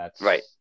Right